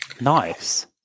Nice